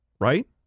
Right